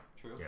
True